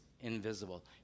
invisible